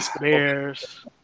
bears